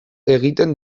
egiten